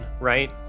right